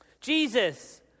Jesus